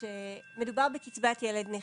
שמדובר בקצבת ילד נכה.